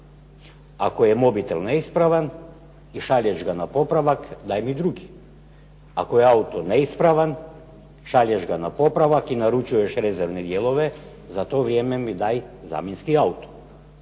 Ako je mobitel neispravan i šalješ ga na popravak daj mi drugi. Ako je auto neispravan šalješ ga na popravak i naručuješ rezervne dijelove, za to vrijeme mi daj zamjenski auto.